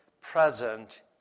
present